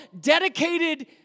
dedicated